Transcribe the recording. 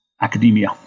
academia